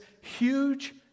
huge